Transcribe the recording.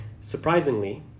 surprisingly